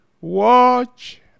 watch